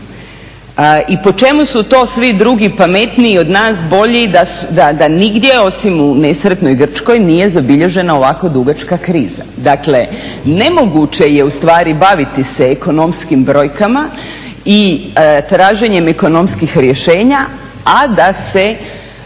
i po čemu su to svi drugi pametniji od nas bolji da nigdje osim u nesretnoj Grčkoj nije zabilježena ovako dugačka kriza. Dakle nemoguće je ustvari baviti se ekonomskim brojkama i traženjem ekonomskih rješenja, a da se